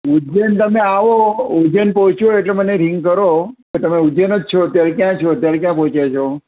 ઉજ્જૈન તમે આવો ઉજ્જૈન પહોંચો એટલે મને રિંગ કરો કે તમે ઉજ્જૈન જ છો અત્યારે ક્યાં છો અત્યારે ક્યાં પહોંચ્યા છો